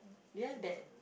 do you have that